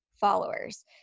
followers